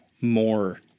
more